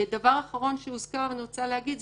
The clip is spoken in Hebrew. דבר אחרון שהוזכר ואני רוצה להגיד,